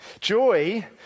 Joy